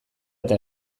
eta